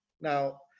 Now